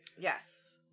Yes